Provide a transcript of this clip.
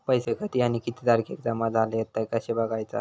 पैसो कधी आणि किती तारखेक जमा झाले हत ते कशे बगायचा?